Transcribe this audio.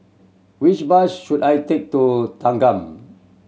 which bus should I take to Thanggam